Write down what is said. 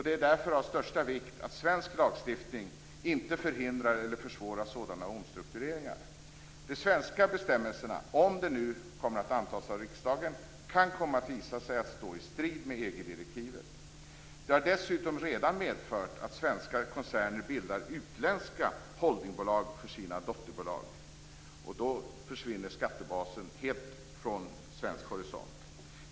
Det är därför av största vikt att svensk lagstiftning inte förhindrar eller försvårar sådana omstruktureringar. De svenska bestämmelserna, om de nu kommer att antas av riksdagen, kan visa sig stå i strid med EG-direktivet. Det har dessutom redan medfört att svenska koncerner bildar utländska holdingbolag för sina dotterbolag. Då försvinner skattebasen helt från svensk horisont.